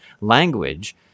language